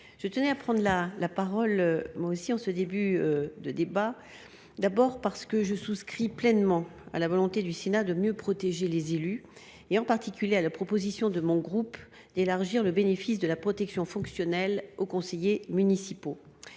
je tenais à prendre la parole en ce début de débat pour dire que je souscris pleinement à la volonté du Sénat de mieux protéger les élus. Je soutiens en particulier la proposition de mon groupe visant à élargir le bénéfice de la protection fonctionnelle aux conseillers municipaux.